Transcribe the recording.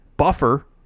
buffer